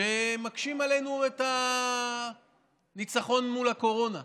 שמקשים עלינו את הניצחון מול הקורונה.